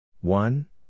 one